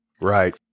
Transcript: right